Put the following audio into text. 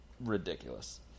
Ridiculous